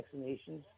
vaccinations